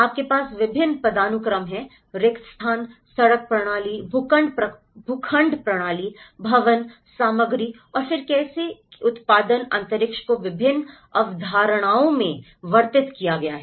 आपके पास विभिन्न पदानुक्रम हैं रिक्त स्थान सड़क प्रणाली भूखंड प्रणाली भवन सामग्री और फिर कैसे का उत्पादन अंतरिक्ष को विभिन्न अवधारणाओं में वर्णित किया गया है